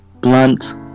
blunt